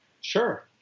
Sure